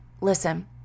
listen